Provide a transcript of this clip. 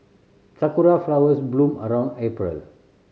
sakura flowers bloom around April